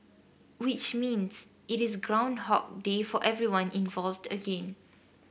which means it is groundhog day for everyone involved again